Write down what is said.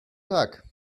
tag